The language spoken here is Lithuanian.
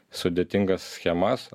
sudėtingas schemas